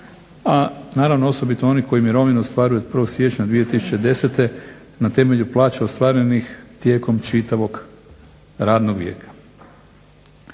a naravno osobito onih koji mirovinu ostvaruju od 1. Siječnja 2010. Na temelju plaća ostvarenih tijekom čitavog radnog vijeka.